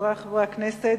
חברי חברי הכנסת,